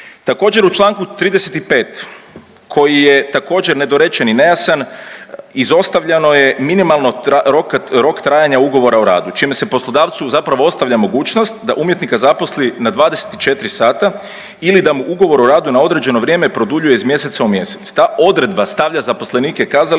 Također u čl. 35. koji je također nedorečen i nejasan izostavljeno je minimalno rok trajanja ugovora o radu čime se poslodavcu zapravo ostavlja mogućnost da umjetnika zaposli na 24 sata ili da mu ugovor o radu na određeno vrijeme produljuje iz mjeseca u mjesec. Ta odredba stavlja zaposlenike kazališta